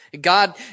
God